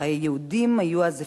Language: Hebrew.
חיי יהודים היו אז הפקר",